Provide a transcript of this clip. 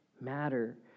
matter